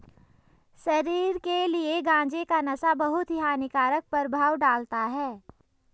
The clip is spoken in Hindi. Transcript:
शरीर के लिए गांजे का नशा बहुत ही हानिकारक प्रभाव डालता है